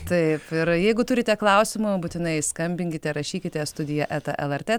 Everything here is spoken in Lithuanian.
taip ir jeigu turite klausimų būtinai skambinkite rašykite studija eta el er tė taškas el tė